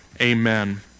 Amen